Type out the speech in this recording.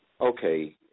okay